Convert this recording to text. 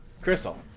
Crystal